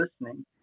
listening